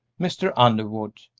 mr. underwood,